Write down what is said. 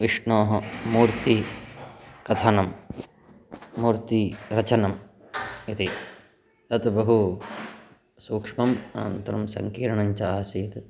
विष्णोः मूर्ति कथनं मूर्तिरचनम् इति तत् बहु सूक्ष्मम् अनन्तरं सङ्कीर्णञ्च आसीत्